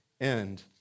end